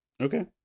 Okay